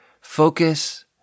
Focus